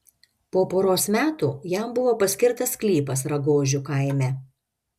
po poros metų jam buvo paskirtas sklypas ragožių kaime